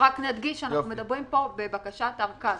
רק נדגיש שאנחנו מדברים פה בבקשת ארכה.